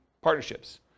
partnerships